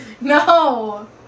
No